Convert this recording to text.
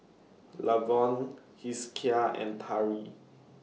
Lavon Hezekiah and Tari